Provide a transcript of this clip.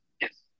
Yes